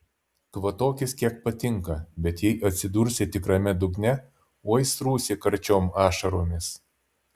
kvatokis kiek patinka bet jei atsidursi tikrame dugne oi srūsi karčiom ašaromis